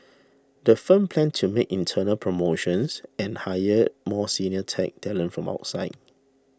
the firm plans to make internal promotions and hire more senior tech talent from outside